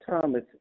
Thomas